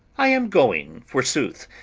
i am going, forsooth.